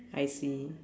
I see